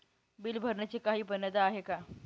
Bill भरण्याची काही मर्यादा आहे का?